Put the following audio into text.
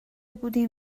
بودیم